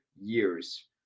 years